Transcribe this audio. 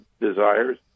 desires